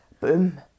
Boom